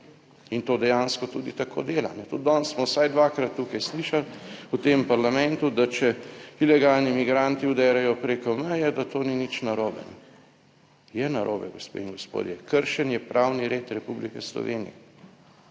in to dejansko tudi tako dela. Tudi danes smo vsaj dvakrat tukaj slišali v tem parlamentu, da če ilegalni migranti vderejo preko meje, da to ni nič narobe. Je narobe, gospe in gospodje. Kršen je pravni red Republike Slovenije,